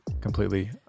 completely